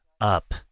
up